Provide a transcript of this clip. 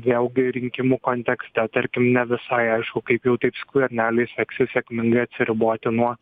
vėlgi rinkimų kontekste tarkim ne visai aišku kaip jau taip skverneliui seksis sėkmingai atsiriboti nuo